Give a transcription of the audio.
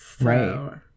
Right